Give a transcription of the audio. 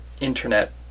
internet